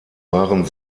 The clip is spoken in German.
waren